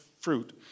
fruit